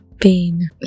pain